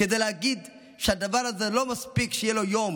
כדי להגיד שלא מספיק שיהיה לדבר הזה יום